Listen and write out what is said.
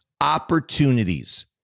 opportunities